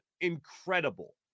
incredible